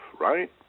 right